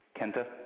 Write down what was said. Kenta